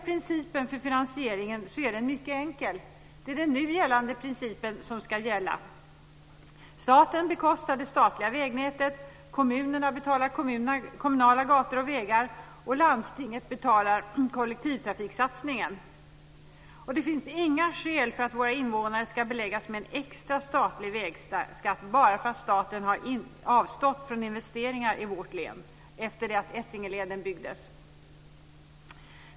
Principen för finansieringen är mycket enkel. Det är den nu gällande principen som ska gälla. Staten bekostar det statliga vägnätet. Kommunerna betalar kommunala gator och vägar. Landstinget betalar kollektivtrafiksatsningen. Det finns inga skäl för att våra invånare ska beläggas med extra statlig vägskatt bara för att staten har avstått från investeringar i vårt län efter det att Essingeleden byggdes.